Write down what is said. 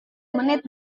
menit